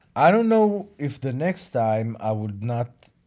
i don't know if the next time, i will not